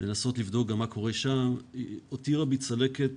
לנסות לבדוק גם מה קורה שם, הותירה בי צלקת